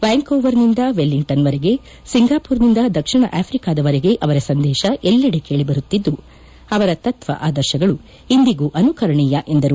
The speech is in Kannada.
ವ್ಯಾಂಕ್ ಓವರ್ನಿಂದ ವೆಲ್ಲಿಂಗ್ಟನ್ವರೆಗೆ ಸಿಂಗಾಪುರ್ನಿಂದ ದಕ್ಷಿಣ ಆಫ್ರಿಕಾದವರೆಗೆ ಅವರ ಸಂದೇಶ ಎಲ್ಲೆಡೆ ಕೇಳಿಬರುತ್ತಿದ್ದು ಅವರ ತತ್ವ ಆದರ್ಶಗಳು ಇಂದಿಗೂ ಅನುಕರಣೀಯ ಎಂದರು